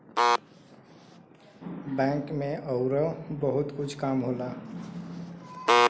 bank में अउरो बहुते कुछ काम होला